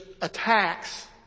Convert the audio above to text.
attacks